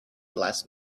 last